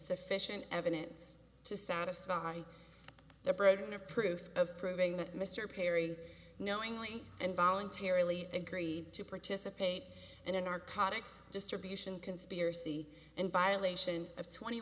sufficient evidence to satisfy the burden of proof of proving that mr perry knowingly and voluntarily agree to participate and in our cottage distribution conspiracy in violation of twenty